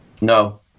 No